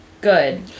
good